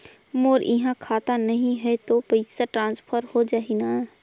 मोर इहां खाता नहीं है तो पइसा ट्रांसफर हो जाही न?